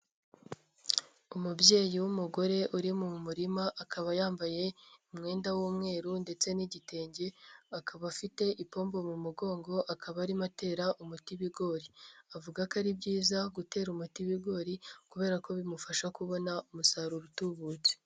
Umubyeyi w'umugore uri mu murima, akaba yambaye umwenda w'umweru ndetse n'igitenge, akaba afite ipombo mu mugongo, akaba arimo atera umuti ibigori, avuga ko ari byiza, gutera umuti ibigori kubera ko bimufasha kubona umusaruro utubutse.